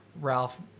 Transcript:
Ralph